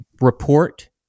report